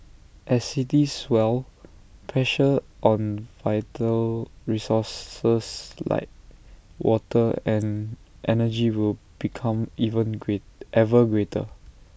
as cities swell pressure on vital resources like water and energy will become even greater ever greater